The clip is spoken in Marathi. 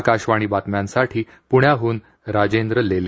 आकाशवाणी बातम्यांसाठी पूण्याहून राजेंद्र लेले